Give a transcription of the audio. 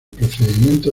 procedimiento